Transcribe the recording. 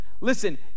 Listen